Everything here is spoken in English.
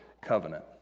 covenant